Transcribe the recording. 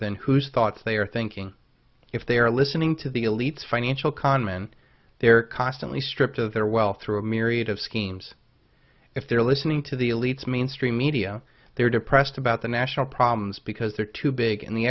than whose thoughts they are thinking if they are listening to the elites financial con men they're constantly stripped of their wealth through a myriad of schemes if they're listening to the elites mainstream media they're depressed about the national problems because they're too big and the